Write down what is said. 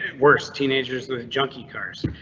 worst teenagers with junky cars.